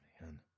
man